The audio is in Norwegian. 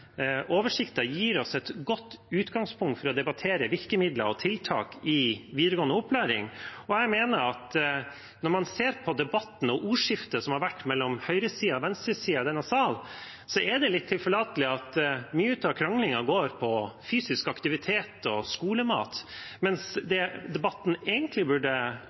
oversikter gir oss et godt utgangspunkt for å debattere virkemidler og tiltak i videregående opplæring. Når man ser på debatten og ordskiftet som har vært mellom høyresiden og venstresiden i denne salen, er det litt tilforlatelig at mye av kranglingen går på fysisk aktivitet og skolemat, mens det som debatten egentlig burde